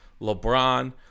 LeBron